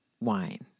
wine